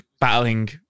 battling